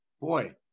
boy